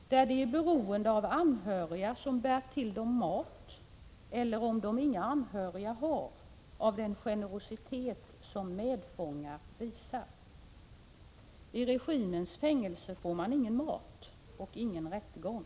De är beroende av anhöriga som bär till dem mateller, om de inga anhöriga har, av den generositet som medfångar visar. I regimens fängelser får man ingen mat och ingen rättegång.